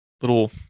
little